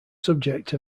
subject